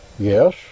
Yes